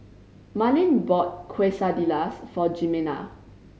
Marlin bought Quesadillas for Jimena